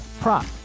prop